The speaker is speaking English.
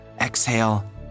Exhale